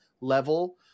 level